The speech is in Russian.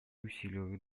усиливают